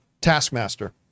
taskmaster